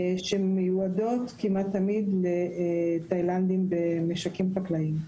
שמיועדות כמעט תמיד לתאילנדים במשקים חקלאיים.